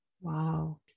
Wow